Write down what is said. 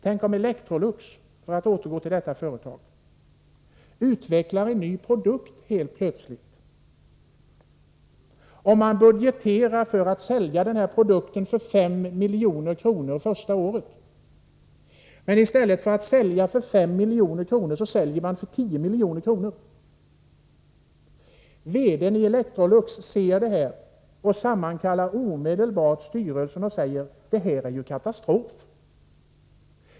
Tänk om Electrolux, för att återgå till detta företag, helt plötsligt utvecklar en ny produkt och budgeterar för att sälja för 5 milj.kr. första året och i stället säljer för 10 milj.kr. VD-n i Electrolux ser detta och sammankallar omedelbart styrelsen och säger: Det här är ju katastrof.